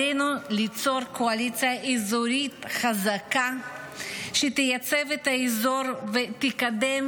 עלינו ליצור קואליציה אזורית חזקה שתייצב את האזור ותקדם